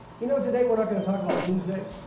you know today we're not going to talk about doomsday.